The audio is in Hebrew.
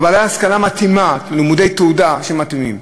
ובעלי השכלה מתאימה, לימודי תעודה, שמתאימים,